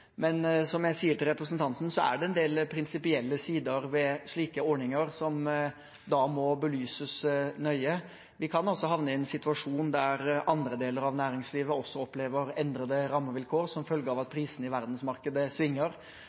representanten, er det en del prinsipielle sider ved slike ordninger som da må belyses nøye. Vi kan havne i en situasjon der andre deler av næringslivet også opplever endrede rammevilkår som følge av at prisene i verdensmarkedet svinger.